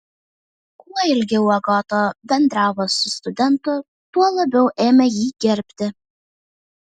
kuo ilgiau agota bendravo su studentu tuo labiau ėmė jį gerbti